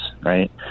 right